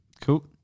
cool